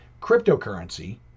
Cryptocurrency